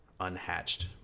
unhatched